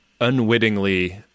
unwittingly